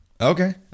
Okay